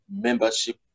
membership